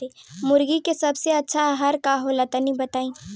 मुर्गी के सबसे अच्छा आहार का होला तनी बताई?